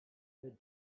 that